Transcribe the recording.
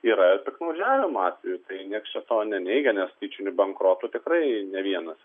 yra ir piktnaudžiavimo atvejų tai niekas čia to neneigia nes tyčinių bankrotų tikrai ne vienas